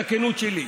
את הכנות שלי.